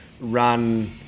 run